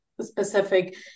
Specific